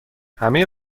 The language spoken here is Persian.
همه